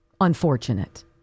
unfortunate